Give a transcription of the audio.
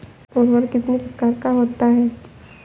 उर्वरक कितनी प्रकार के होता हैं?